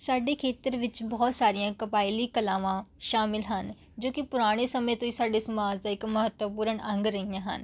ਸਾਡੇ ਖੇਤਰ ਵਿੱਚ ਬਹੁਤ ਸਾਰੀਆਂ ਕਬਾਇਲੀ ਕਲਾਵਾਂ ਸ਼ਾਮਿਲ ਹਨ ਜੋ ਕਿ ਪੁਰਾਣੇ ਸਮੇਂ ਤੋਂ ਹੀ ਸਾਡੇ ਸਮਾਜ ਦਾ ਇੱਕ ਮਹੱਤਵਪੂਰਨ ਅੰਗ ਰਹੀਆਂ ਹਨ